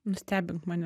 nustebink mane